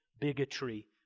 bigotry